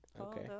Okay